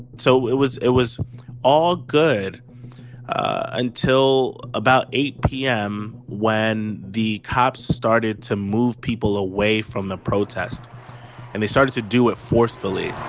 so it was it was all good until about eight zero p m. when the cops started to move people away from the protest and they started to do it forcefully